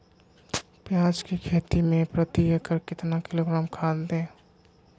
प्याज की खेती में प्रति एकड़ कितना किलोग्राम खाद दे?